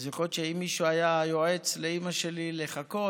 אז יכול להיות שאם מישהו היה יועץ לאימא שלי לחכות,